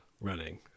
running